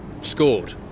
scored